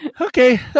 Okay